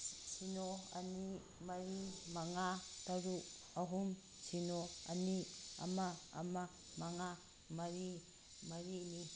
ꯁꯤꯅꯣ ꯑꯅꯤ ꯃꯔꯤ ꯃꯉꯥ ꯇꯔꯨꯛ ꯑꯍꯨꯝ ꯁꯤꯅꯣ ꯑꯅꯤ ꯑꯃ ꯑꯃ ꯃꯉꯥ ꯃꯔꯤ ꯃꯔꯤꯅꯤ